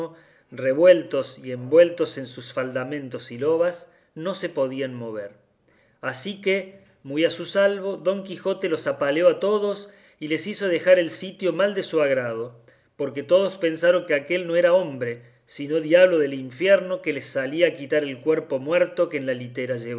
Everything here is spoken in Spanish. revueltos y envueltos en sus faldamentos y lobas no se podían mover así que muy a su salvo don quijote los apaleó a todos y les hizo dejar el sitio mal de su grado porque todos pensaron que aquél no era hombre sino diablo del infierno que les salía a quitar el cuerpo muerto que en la litera